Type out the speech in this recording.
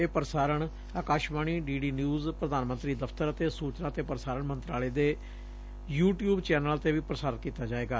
ਇਹ ਪ੍ਰਸਾਰਣ Akashvani D D news ਪ੍ਰਧਾਨ ਮੰਤਰੀ ਦਫ਼ਤਰ ਅਤੇ ਸੁਚਨਾ ਤੇ ਪ੍ਰਸਾਰਣ ਮੰਤਰਾਲੇ ਦੇ ਯੁ ਟਿਉਬ ਚੈਨਲਾਂ ਤੇ ਵੀ ਪ੍ਸਾਰਤ ਕੀਤਾ ਜਾਵੇਗਾ